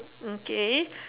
okay